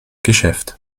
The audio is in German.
geschäft